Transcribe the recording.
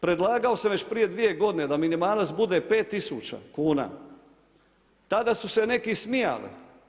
Predlagao sam već prije dvije godine da minimalac bude pet tisuća kuna, tada su neki smijali.